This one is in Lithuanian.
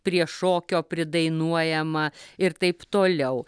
prie šokio pridainuojama ir taip toliau